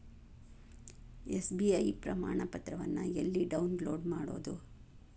SBI ಪ್ರಮಾಣಪತ್ರವನ್ನ ಎಲ್ಲೆ download ಮಾಡೊದು?